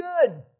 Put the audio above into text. good